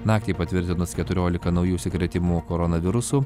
naktį patvirtinus keturiolika naujų užsikrėtimų koronavirusu